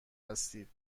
هستید